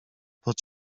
pod